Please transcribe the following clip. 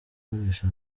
gukoresha